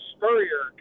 Spurrier